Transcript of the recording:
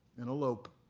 in a lope.